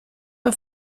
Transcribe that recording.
war